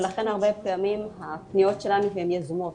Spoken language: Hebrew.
ולכן הרבה פעמים הפניות שלנו הן יזומות.